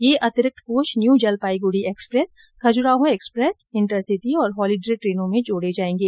यह अतिरिक्त coach new Jalpaiguri express Khajuraho express intercity और होलीडे ट्रेनों में जोड़े जाएंगे